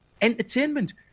entertainment